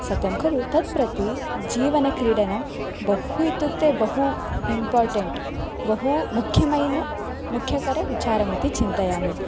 सत्यं खलु तत् प्रति जीवने क्रीडनं बहु इत्युक्ते बहु इम्पार्टेण्ट् बहु मुख्यं मैन मुख्यकरविचारम् इति चिन्तयामि